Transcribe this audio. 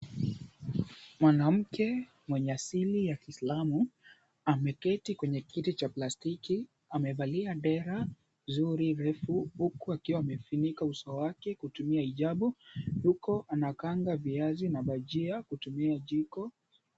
Mwanamke mwenye asili ya Kiislamu ameketi kwenye kiti cha plastiki. Amevalia dera zuri refu huku akiwa amefunika uso wake kutumia hijabu huku anakaanga viazi na bajia kutumia jiko.